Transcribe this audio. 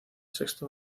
sexto